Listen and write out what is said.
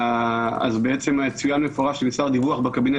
אז בעצם צוין במפורש שנמסר דיווח בקבינט